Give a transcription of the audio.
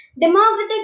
democratic